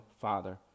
Father